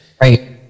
Right